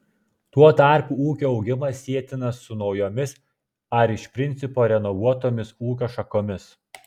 tuo tarpu ūkio augimas sietinas su naujomis ar iš principo renovuotomis ūkio šakomis